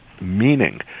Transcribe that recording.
meaning